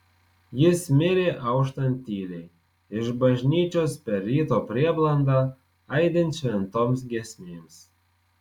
jis mirė auštant tyliai iš bažnyčios per ryto prieblandą aidint šventoms giesmėms